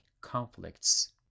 conflicts